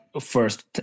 first